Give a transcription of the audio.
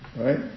Right